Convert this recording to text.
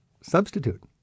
substitute